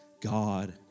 God